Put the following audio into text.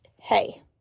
hey